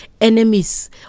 enemies